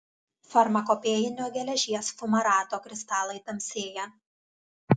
farmakopėjinio geležies fumarato kristalai tamsėja